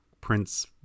Prince